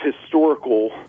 historical